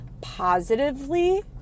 positively